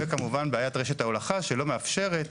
וכמובן בעיית רשת ההולכה שלא מאפשרת